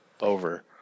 over